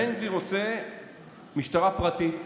בן גביר רוצה משטרה פרטית,